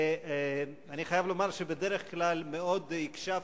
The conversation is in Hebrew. ואני חייב לומר שבדרך כלל מאוד הקשבתי,